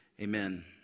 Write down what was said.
amen